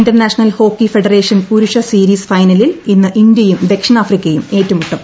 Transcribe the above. international hockey federation പൂരുഷ series ഫൈനലിൽ ഇന്ന് ഇന്ത്യയും ദക്ഷിണാഫ്രിക്കയും ഏറ്റുമുട്ടും